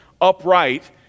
upright